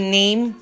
name